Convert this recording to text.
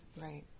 Right